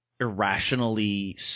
irrationally